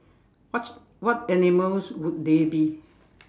what's what animals would they be